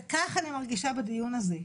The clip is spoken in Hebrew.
וכך אני מרגישה בדיון הזה.